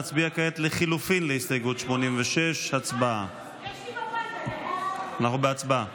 נצביע כעת על לחלופין להסתייגות 86. הצבעה.